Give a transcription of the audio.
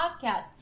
Podcast